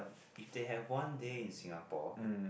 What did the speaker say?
if they have one day in Singapore